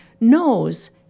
knows